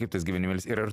kaip tas gyvenimėlis ir ar